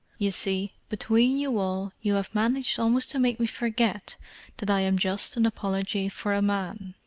you see, between you all you have managed almost to make me forget that i am just an apology for a man.